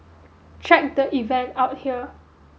check the event out here